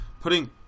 putting